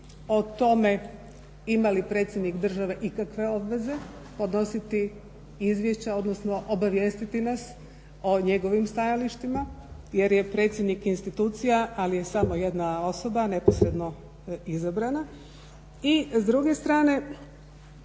o tome ima li predsjednik države ikakve obveze podnositi izvješća, odnosno obavijestiti nas o njegovim stajalištima jer je predsjednik institucija ali je samo jedna osoba neposredno izabrana. I s druge strane